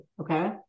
Okay